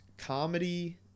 comedy